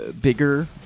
Bigger